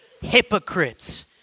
hypocrites